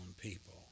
people